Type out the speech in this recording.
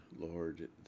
lord